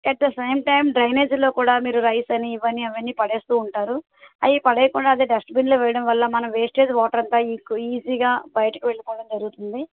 at the same time డ్రైనేజీలో కూడా మీరు రైస్ అని ఇవని అవనీ పడేస్తు ఉంటారు అవి పడేయకుండా అదే డస్ట్బిన్లో వేయడం వల్ల మన వేస్టేజ్ వాటర్ అంతా ఈ ఈజీగా బయటకు వెళ్ళిపోవడం జరుగుతుంది